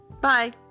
Bye